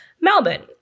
Melbourne